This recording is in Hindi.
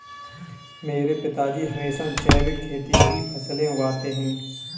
मेरे पिताजी हमेशा जैविक खेती की फसलें उगाते हैं